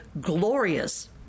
glorious